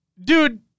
dude